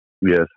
Yes